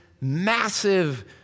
massive